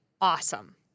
awesome